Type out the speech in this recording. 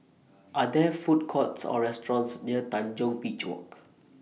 Are There Food Courts Or restaurants near Tanjong Beach Walk